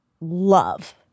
love